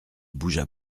bougea